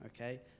okay